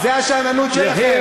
זאת השאננות שלכם.